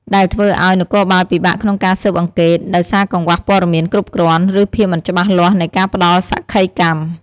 ដែលធ្វើឲ្យ នគរបាលពិបាកក្នុងការស៊ើបអង្កេត ដោយសារកង្វះព័ត៌មានគ្រប់គ្រាន់ ឬភាពមិនច្បាស់លាស់នៃការផ្តល់សក្ខីកម្ម។